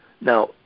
Now